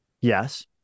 Yes